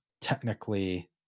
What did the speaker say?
technically